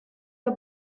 the